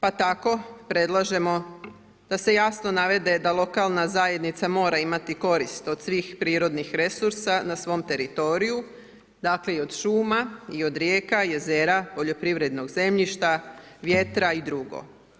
Pa tako predlažemo da se jasno navede da lokalna zajednica mora imati korist od svih prirodnih resursa na svom teritoriju, dakle i od šuma i od rijeka, jezera, poljoprivrednog zemljišta, vjetra i drugo.